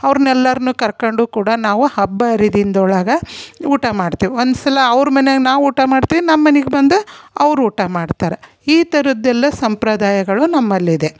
ಅವ್ರನ್ನು ಎಲ್ಲರ್ನೂ ಕರ್ಕೊಂಡು ಕೂಡ ನಾವು ಹಬ್ಬ ಹರಿದಿಂದ್ ಒಳಗೆ ಊಟ ಮಾಡ್ತೀವಿ ಒಂದು ಸಲ ಅವ್ರ ಮನೆಗೆ ನಾವು ಊಟ ಮಾಡ್ತೀವಿ ನಮ್ಮ ಮನಿಗೆ ಬಂದು ಅವ್ರು ಊಟ ಮಾಡ್ತಾರೆ ಈ ಥರದ್ದೆಲ್ಲ ಸಂಪ್ರದಾಯಗಳು ನಮ್ಮಲ್ಲಿದೆ